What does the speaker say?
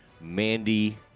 Mandy